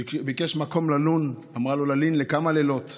הוא ביקש מקום ללון, והיא אמרה לו: לכמה לילות?